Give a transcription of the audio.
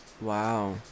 Wow